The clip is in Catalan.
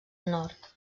nord